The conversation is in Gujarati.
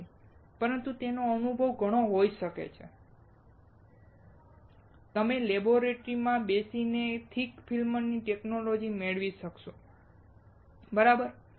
તેની સ્ક્રીન પ્રિન્ટિંગ શોપમાં કામ કરતો વ્યક્તિ પાસે વિશાળ પ્રમાણમાં અનુભવ હોઈ શકે છે તમે લેબોરેટરીમાં બેસીને થીક ફિલ્મ ટેકનોલોજી મેળવશો બરાબર